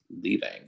leaving